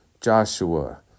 Joshua